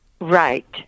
Right